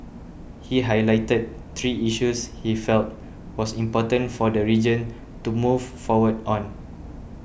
he highlighted three issues he felt was important for the region to move forward on